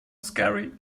scary